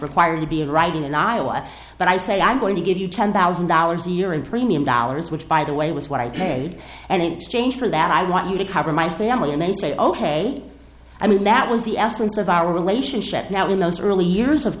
required to be in writing in iowa but i say i'm going to give you ten thousand dollars a year in premium dollars which by the way was what i paid and in exchange for that i want you to cover my family and they say ok i mean that was the essence of our relationship now in those early years of